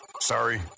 Sorry